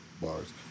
bars